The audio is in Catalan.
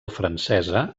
francesa